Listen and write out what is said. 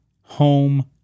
home